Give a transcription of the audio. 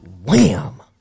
Wham